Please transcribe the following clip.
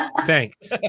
Thanks